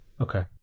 Okay